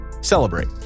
celebrate